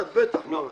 ב-(1) בטח, מה.